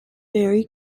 very